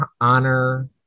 Honor